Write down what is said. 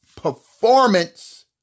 performance